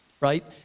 right